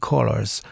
Colors